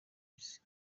isi